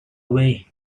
way